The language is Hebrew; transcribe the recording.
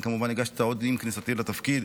אני כמובן הגשתי אותה עוד עם כניסתי לתפקיד,